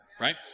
Right